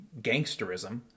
gangsterism